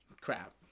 Crap